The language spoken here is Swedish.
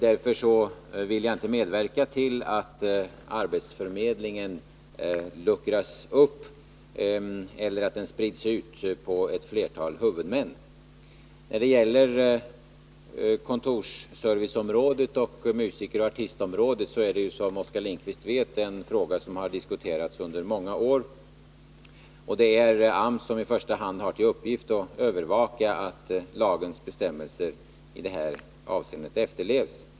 Därför vill jag inte medverka till att arbetsförmedlingen luckras upp eller sprids ut på ett flertal huvudmän. Arbetsförmedlingen på kontorsserviceområdet liksom på musikeroch artistområdet är, som Oskar Lindkvist vet, frågor som har diskuterats under många år. Det är i första hand AMS som har till uppgift att övervaka att lagens bestämmelser i dessa avseenden efterlevs.